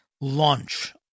launch